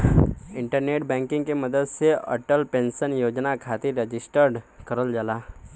internet banking के मदद से अटल पेंशन योजना खातिर रजिस्टर करल जाला